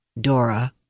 Dora